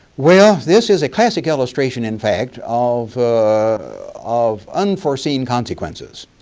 well, this is a classic illustration in fact of of unforeseen consequences.